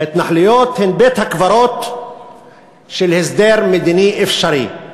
ההתנחלויות הן בית-הקברות של הסדר מדיני אפשרי.